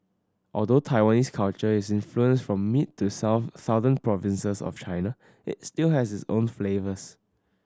although Taiwanese culture is influenced from mid to south southern provinces of China it still has its own flavours